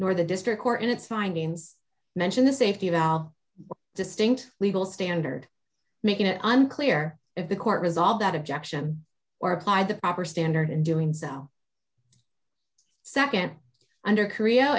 nor the district court in its findings mention the safety of all distinct legal standard making it unclear if the court resolved that objection or applied the proper standard doing second under korea